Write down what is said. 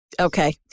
Okay